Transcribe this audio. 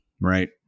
right